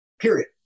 Period